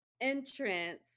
entrance